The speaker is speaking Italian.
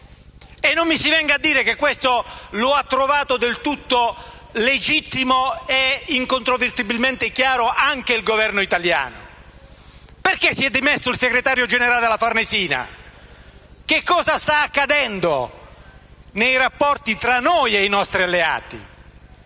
E non mi si venga a dire che ha trovato questo del tutto legittimo e incontrovertibilmente chiaro anche il Governo italiano. Perché si è dimesso il segretario generale della Farnesina? Che cosa sta accadendo nei rapporti tra noi e i nostri alleati?